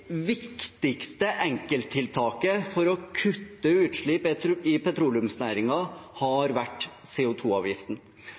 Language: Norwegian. viktigste enkelttiltaket for å kutte utslipp i